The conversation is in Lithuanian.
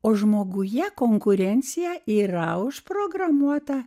o žmoguje konkurencija yra užprogramuota